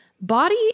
body